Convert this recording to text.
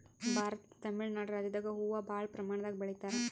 ಭಾರತದ್ ತಮಿಳ್ ನಾಡ್ ರಾಜ್ಯದಾಗ್ ಹೂವಾ ಭಾಳ್ ಪ್ರಮಾಣದಾಗ್ ಬೆಳಿತಾರ್